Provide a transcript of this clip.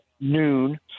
noon